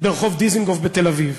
ברחוב דיזנגוף בתל-אביב.